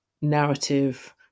narrative